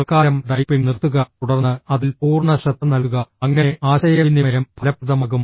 തൽക്കാലം ടൈപ്പിംഗ് നിർത്തുക തുടർന്ന് അതിൽ പൂർണ്ണ ശ്രദ്ധ നൽകുക അങ്ങനെ ആശയവിനിമയം ഫലപ്രദമാകും